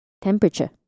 Temperature